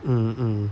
hmm hmm